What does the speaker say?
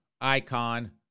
Icon